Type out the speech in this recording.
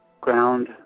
ground